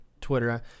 twitter